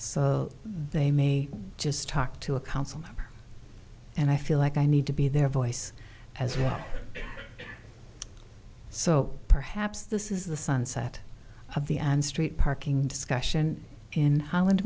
so they may just talk to a counselor and i feel like i need to be their voice as well so perhaps this is the sunset of the end street parking discussion in holland